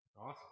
Awesome